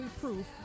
proof